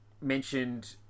mentioned